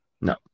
no